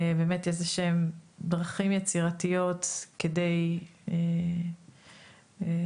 איזשהם דרכים יצירתיות כדי --- אני